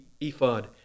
ephod